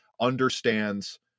understands